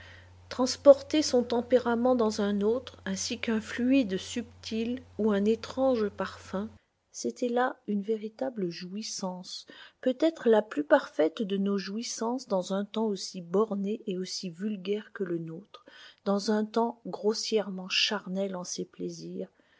transporter son tempérament dans un autre ainsi qu'un fluide subtil ou un étrange parfum c'était là une véritable jouissance peut-être la plus parfaite de nos jouissances dans un temps aussi borné et aussi vulgaire que le nôtre dans un temps grossièrement charnel en ses plaisirs